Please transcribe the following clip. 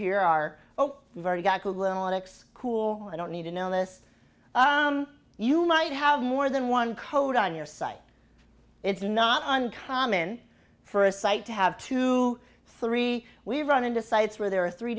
here are oh very cool i don't need to know this you might have more than one code on your site it's not uncommon for a site to have two three we run into sites where there are three